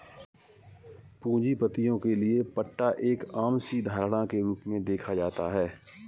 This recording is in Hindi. पूंजीपतियों के लिये पट्टा एक आम सी धारणा के रूप में देखा जाता है